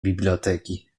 biblioteki